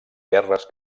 guerres